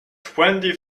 twenty